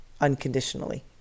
unconditionally